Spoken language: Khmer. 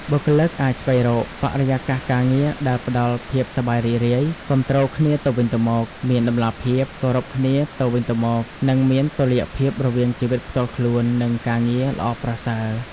បុគ្គលិកអាចស្វែងរកបរិយាកាសការងារដែលផ្តល់ភាពសប្បាយរីករាយ គាំទ្រគ្នាទៅវិញទៅមក មានតម្លាភាព គោរពគ្នាទៅវិញទៅមក និងមានតុល្យភាពរវាងជីវិតផ្ទាល់ខ្លួន និងការងារ ល្អប្រសើរ។